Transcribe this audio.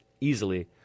easily